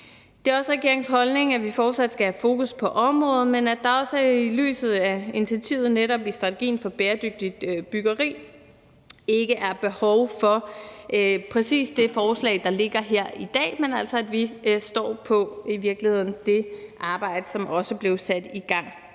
Det er også regeringens holdning, at vi fortsat skal have fokus på området, men at der også i lyset af initiativet netop i strategien for bæredygtigt byggeri ikke er behov for præcis det forslag, der ligger her i dag, men at vi altså står fast på det arbejde, som også blev sat i gang